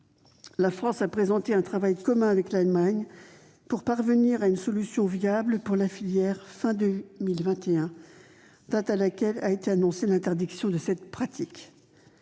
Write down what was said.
La France a présenté un travail commun avec l'Allemagne pour parvenir à une solution viable pour la filière d'ici à la fin de 2021, date d'interdiction de cette pratique.